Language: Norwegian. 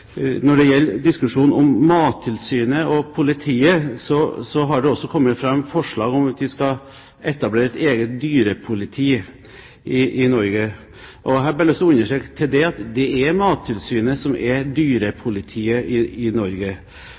når det gjelder diskusjonen om Mattilsynet og politiet, har det også kommet fram forslag om at vi skal etablere et eget dyrepoliti i Norge. Til det har jeg bare lyst til å understreke at det er Mattilsynet som er dyrepolitiet i Norge.